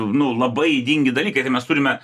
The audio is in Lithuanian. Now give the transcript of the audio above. nu labai ydingi dalykai tai mes turime